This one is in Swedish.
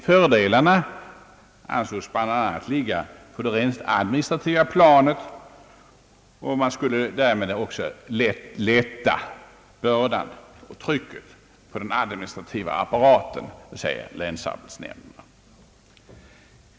Fördelarna ansågs bl.a. ligga på det rent administrativa planet. Man skulle därmed också lätta bördan och trycket på den administrativa apparaten, dvs. på länsarbetsnämnderna.